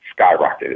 skyrocketed